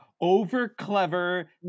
over-clever